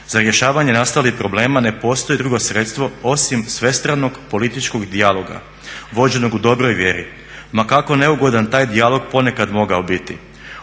Za rješavanje nastalih problema ne postoji drugo sredstvo osim svestranog političkog dijaloga vođenog u dobroj vjeri ma kako neugodan taj dijalog ponekad mogao biti.